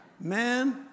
man